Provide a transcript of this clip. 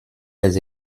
les